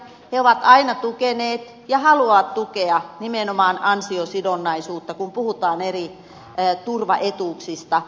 ne ovat aina tukeneet ja haluavat tukea nimenomaan ansiosidonnaisuutta kun puhutaan eri turvaetuuksista